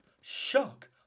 Shock